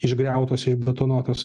išgriautos išbetonuotos